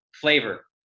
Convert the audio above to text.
Flavor